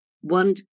one